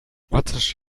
what